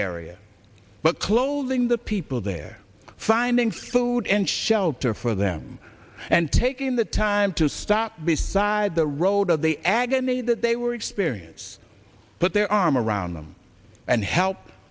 area but clothing the people there finding food in shelter for them and taking the time to stop beside the road the agony that they were experience put their arm around them and help